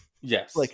Yes